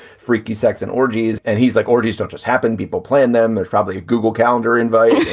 freaky sex and orgies. and he's like, already stuff just happened, people playing them. there's probably a google calendar invite,